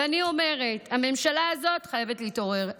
ואני אומרת, הממשלה הזאת חייבת להתעורר.